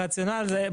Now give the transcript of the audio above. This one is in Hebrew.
הרציונל זה,